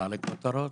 עלה לכותרות.